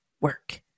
work